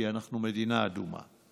כי אנחנו מדינה אדומה.